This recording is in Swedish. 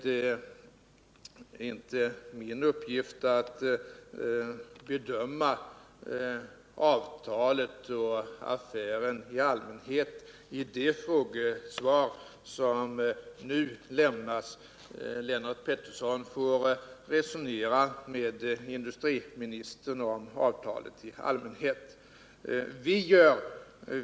Det har inte varit min uppgift att i det här frågesvaret bedöma avtalet och affären i allmänhet. Lennart Pettersson får resonera med industriministern om avtalet som sådant.